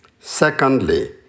Secondly